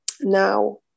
Now